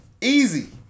Easy